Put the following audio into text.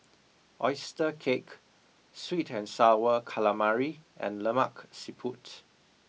Oyster Cake Sweet and Sour Calamari and Lemak Siput